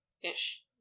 ish